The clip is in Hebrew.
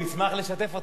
הוא ישמח לשתף אותך.